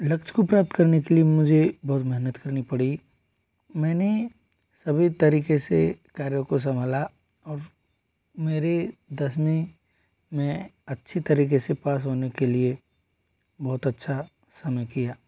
लक्ष्य को प्राप्त करने के लिए मुझे बहुत मेहनत करनी पड़ी मैंने सभी तरीके से कार्य को संभाला और मेरी दसवीं में अच्छी तरीके से पास होने के लिए बहुत अच्छा समय किया